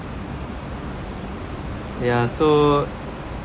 ya so